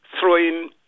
throwing